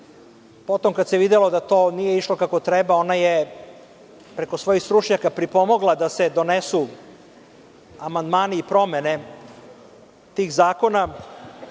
kada se videlo da to nije išlo kako treba, ona je preko svojih stručnjaka pripomogla da se donesu amandmani i promene tih zakona,